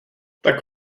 tak